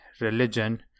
religion